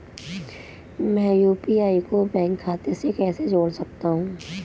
मैं यू.पी.आई को बैंक खाते से कैसे जोड़ सकता हूँ?